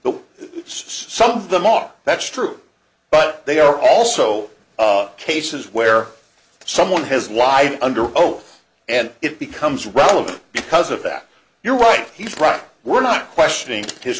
but some of them are that's true but they are also cases where someone has lied under oath and it becomes relevant because of that you're right he's brought up we're not questioning his